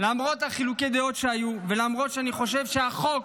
למרות חילוקי הדעות שהיו ולמרות שאני חושב שהחוק,